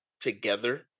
together